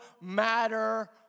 matter